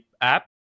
app